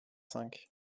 cinq